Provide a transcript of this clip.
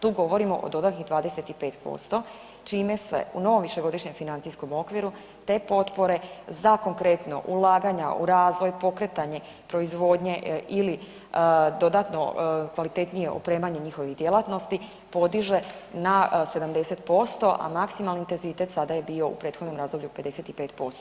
Tu govorimo o dodatnih 25% čime se u novom višegodišnjem financijskom okviru te potpore, za konkretno, ulaganja u razvoj, pokretanja proizvodnje ili dodatno kvalitetnije opremanje njihovih djelatnosti podiže na 70%, a maksimalni intenzitet sada je bio u prethodnom razdoblju 55%